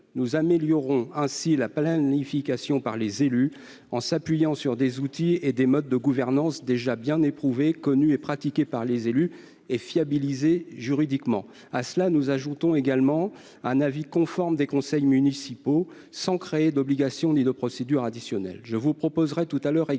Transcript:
Nous améliorons ainsi la planification par les élus, en nous appuyant sur des outils et des modes de gouvernance déjà bien éprouvés, connus et pratiqués par les élus, et fiabilisés juridiquement. Nous avons également ajouté un avis conforme des conseils municipaux, sans créer d'obligation ni de procédure additionnelles.